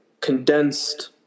condensed